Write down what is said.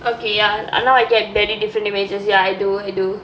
okay ya now I get very different images ya I do I do